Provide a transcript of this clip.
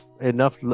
enough